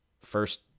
first